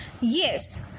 Yes